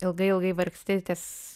ilgai ilgai vargsti ties